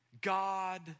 God